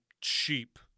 cheap